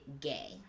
gay